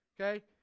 Okay